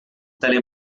tale